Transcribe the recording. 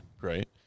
Right